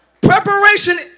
preparation